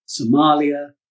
Somalia